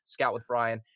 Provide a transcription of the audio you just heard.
ScoutWithBrian